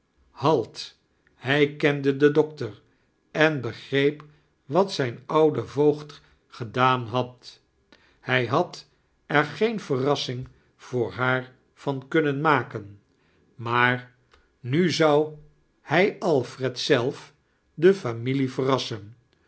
halt hij kendle den doctor en begreep wat zijn oude voogd gedaan had hij had er geen verrassing voor haar van kunnen makem maar nu zou chaeles dickens hij alfred zelf de familie